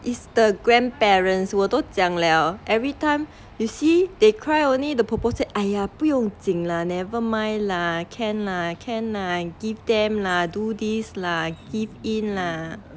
is the grandparents 我都讲 liao every time you see they cry only the 婆婆 say !aiya! 不用紧 lah nevermind lah can lah can lah give them lah do this lah give in lah